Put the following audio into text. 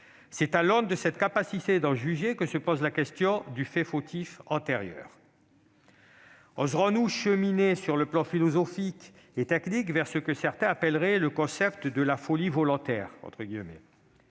C'est à l'aune de cette capacité d'en juger que se pose la question du fait fautif antérieur. Oserons-nous cheminer, sur le plan philosophique et technique, vers ce que certains appelleraient le concept de « folie volontaire »